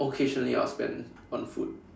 occasionally I would spend on food